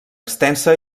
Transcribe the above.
extensa